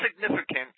significant